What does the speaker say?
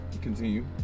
Continue